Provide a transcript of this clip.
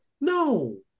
No